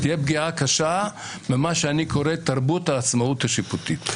זה יהיה פגיעה קשה במה שאני קורא לו "תרבות העצמאות השיפוטית".